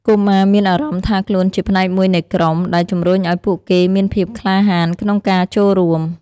កុមារមានអារម្មណ៍ថាខ្លួនជាផ្នែកមួយនៃក្រុម ដែលជំរុញឲ្យពួកគេមានភាពក្លាហានក្នុងការចូលរួម។